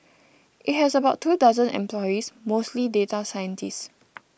it has about two dozen employees mostly data scientists